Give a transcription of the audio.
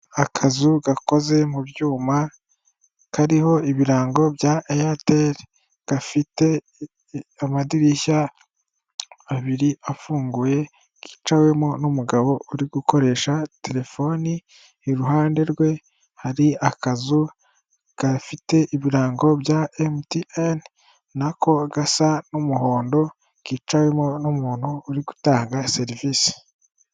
Akazu gakoze mu byuma kariho ibirango bya eyateri gafite amadirishya abiri afunguye, kicawemo n'umugabo uri gukoresha telefoni, iruhande rwe hari akazu gafite ibirango bya emutiyeni nako gasa n'umuhondo kicawemo n'umuntu uri gutanga serivisi.